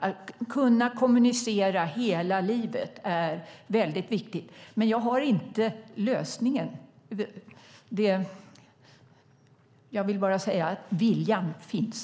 Att kunna kommunicera hela livet är väldigt viktigt. Men jag har inte lösningen. Jag vill dock säga att viljan finns.